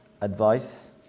advice